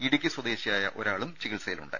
ഇടുക്കി സ്വദേശിയായ ഒരാളും ചികിത്സയിലുണ്ട്